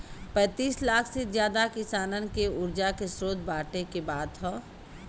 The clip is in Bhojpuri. पैंतीस लाख से जादा किसानन के उर्जा के स्रोत बाँटे क बात ह